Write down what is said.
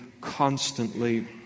constantly